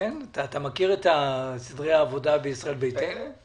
אתה מכיר את סדרי העבודה בישראל ביתנו?